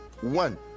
one